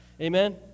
Amen